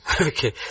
Okay